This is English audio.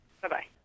Bye-bye